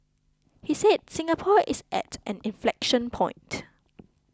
he said Singapore is at an inflection point